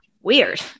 weird